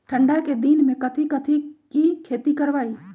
ठंडा के दिन में कथी कथी की खेती करवाई?